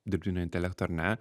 dirbtinio intelekto ar ne